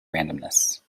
randomness